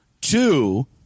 two